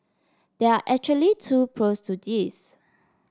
there are actually two pros to this